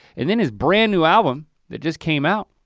and then his brand new album that just came out,